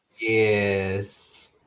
Yes